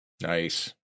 Nice